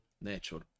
natural